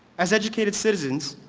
as educated citizens,